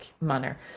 manner